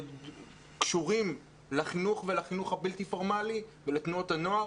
שקשורים לחינוך ולחינוך הבלתי פורמלי ולתנועות הנוער.